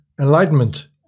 Enlightenment